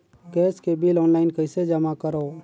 Gas के bill online कइसे जमा करव?